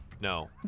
No